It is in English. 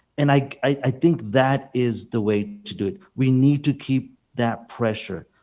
and i i think that is the way to do it. we need to keep that pressure,